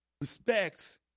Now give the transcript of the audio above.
respects